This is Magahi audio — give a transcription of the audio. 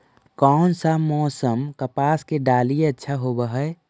कोन सा मोसम कपास के डालीय अच्छा होबहय?